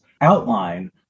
outline